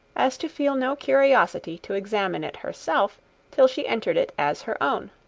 as to feel no curiosity to examine it herself till she entered it as her own.